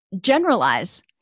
generalize